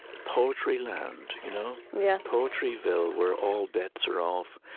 poetryland, you know? yeah poetryville, where all bets are off,